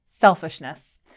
selfishness